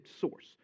source